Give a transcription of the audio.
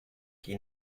qui